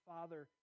Father